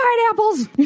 pineapples